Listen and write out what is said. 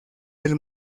del